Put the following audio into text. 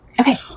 Okay